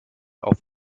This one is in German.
auf